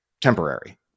temporary